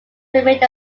remained